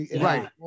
right